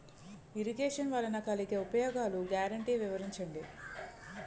Irrigation వలన కలిగే ఉపయోగాలు గ్యారంటీ వివరించండి?